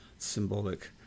symbolic